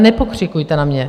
Nepokřikujte na mě.